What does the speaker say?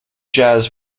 jazz